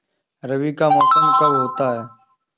रबी का मौसम कब होता हैं?